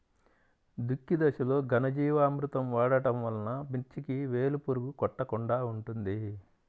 దుక్కి దశలో ఘనజీవామృతం వాడటం వలన మిర్చికి వేలు పురుగు కొట్టకుండా ఉంటుంది?